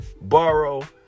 Borrow